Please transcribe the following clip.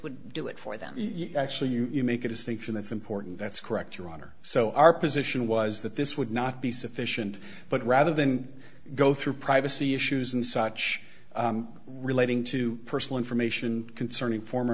would do it for them actually you make a distinction that's important that's correct your honor so our position was that this would not be sufficient but rather than go through privacy issues and such relating to personal information concerning former